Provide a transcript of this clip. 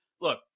look